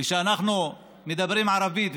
כשאנחנו מדברים ערבית,